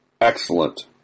excellent